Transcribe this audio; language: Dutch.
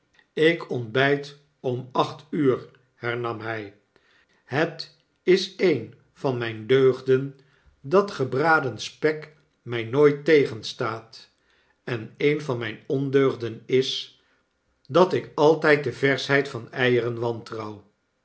ik ontbyt om acht uur hernam hy het is een van mijne deugden dat gebraden spek my nooit tegenstaat en een van mijn ondeugden is dat ik altyd de verschheid van eieren wantrouw